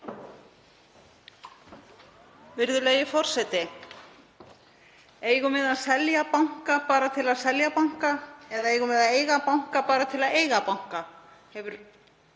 Virðulegi forseti. Eigum við að selja banka bara til að selja banka eða eigum við að eiga banka bara til að eiga banka?